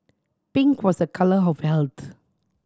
pink was a colour of health